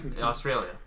Australia